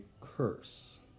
curse